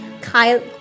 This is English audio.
Kyle